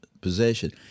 possession